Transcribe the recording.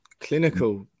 Clinical